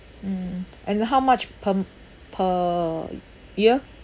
mm mm mm and how much per m~ per y~ year